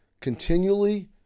continually